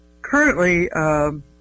Currently